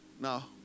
Now